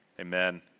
Amen